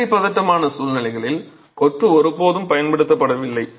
நேரடி பதட்டமான சூழ்நிலைகளில் கொத்து ஒருபோதும் பயன்படுத்தப்படவில்லை